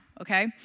Okay